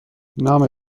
نام